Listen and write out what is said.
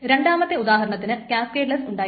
രണ്ടാമത്തെ ഉദാഹരണത്തിന് കാസ്കേഡ്ലെസ്സ് ഉണ്ടായിരുന്നു